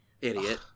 Idiot